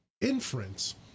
inference